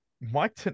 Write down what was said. Mike